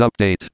update